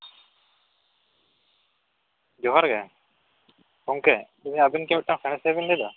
ᱡᱚᱦᱟᱨ ᱜᱮ ᱜᱚᱝᱠᱮ ᱟᱵᱤᱱ ᱠᱤ ᱢᱤᱫᱴᱟᱝ ᱥᱟᱬᱮᱥᱤᱭᱟᱹ ᱵᱮᱱ ᱞᱟᱹᱭ ᱮᱫᱟ